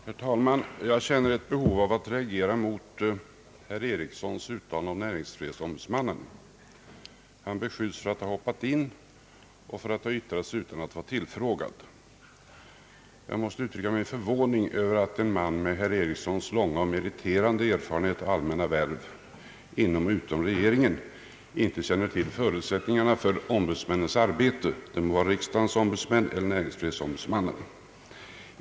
Herr talman! Jag känner ett behov av att reagera mot herr Ericssons uttalande om näringsfrihetsombudsmannen, som beskylls för att ha »hoppat in» och ha yttrat sig utan att vara tillfrågad. Jag måste uttrycka min förvåning över att en man med herr Ericssons långa och meriterande erfarenhet av allmänna värv inom och utom regeringen inte känner till förutsättningarna för ombudsmännens arbete, det må vara riksdagens ombudsmän eller näringsfrihetsombudsmannen.